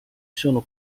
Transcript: sono